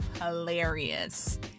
hilarious